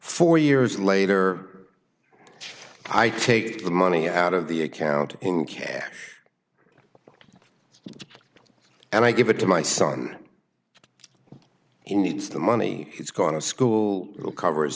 four years later i take the money out of the account in cash and i give it to my son he needs the money he's going to school